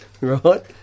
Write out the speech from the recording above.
Right